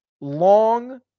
long